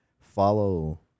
Follow